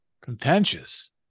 Contentious